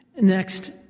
Next